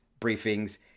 briefings